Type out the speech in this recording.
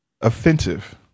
offensive